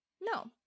No